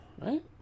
Right